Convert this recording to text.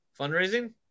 Fundraising